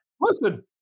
Listen